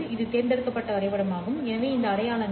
இது தேர்ந்தெடுக்கப்பட்ட வரைபடமாகும் எனவே இவை அடையாளங்கள்